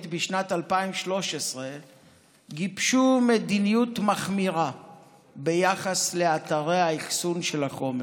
בשנת 2013 גיבשו מדיניות מחמירה ביחס לאתרי האחסון של החומר.